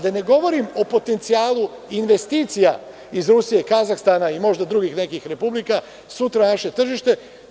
Da ne govorim o potencijalu investicija iz Rusije, Kazahstana i možda nekih drugih republika sutra na naše tržište.